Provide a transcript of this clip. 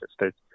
States